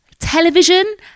Television